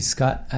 Scott